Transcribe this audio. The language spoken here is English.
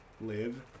live